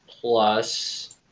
plus